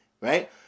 right